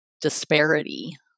disparity